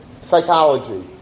psychology